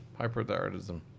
Hyperthyroidism